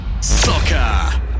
Soccer